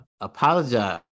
apologize